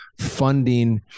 funding